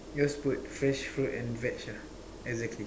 just put fresh fruit and veg ah exactly